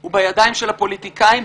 הוא בידיים של הפוליטיקאים,